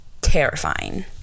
terrifying